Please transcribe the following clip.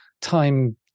time